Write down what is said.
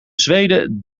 zweden